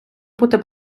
бути